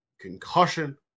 concussion